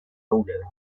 euler